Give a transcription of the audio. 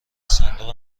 صندوق